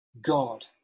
God